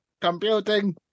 computing